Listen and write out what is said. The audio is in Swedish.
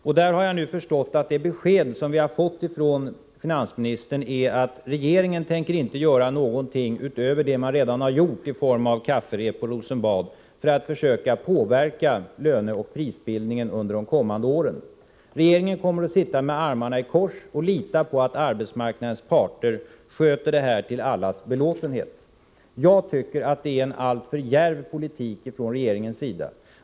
Jag har förstått att det besked som vi fått från finansministern på den punkten är att regeringen inte tänker göra någonting utöver vad man redan har gjort i form av kafferep på Rosenbad för att försöka påverka löneoch prisbildningen under de kommande åren. Regeringen kommer att sitta med armarna i kors och lita på att arbetsmarknadens parter sköter det här till allas belåtenhet. Jag tycker att det är en alltför djärv politik från regeringens sida.